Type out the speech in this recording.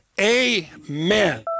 Amen